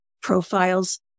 profiles